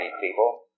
people